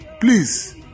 Please